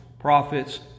Prophets